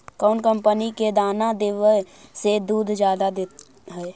कौन कंपनी के दाना देबए से दुध जादा दे है?